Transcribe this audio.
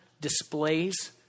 displays